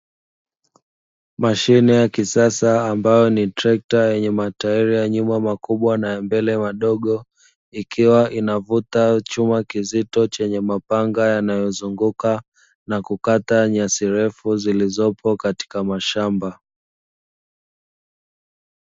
Mashine ya kisasa ambayo ni trekta yenye mataili ya nyuma makubwa na ya mbele madogo, ikiwa inavuta chuma kizito chenye mapanga yanayozunguka, na kukata nyasi refu zilizopo katika mashamba.